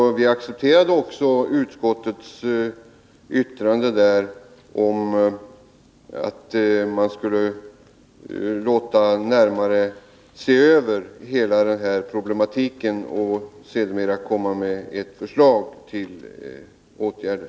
Vi accepterade också utskottets yttrande om att man skulle låta se över hela denna problematik och sedermera komma med ett förslag till åtgärder.